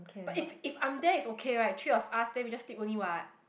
but if if I'm there it's okay right three of us then we just sleep only what